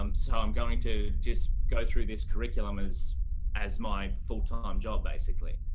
um so i'm going to just go through this curriculum as as my full time job, basically.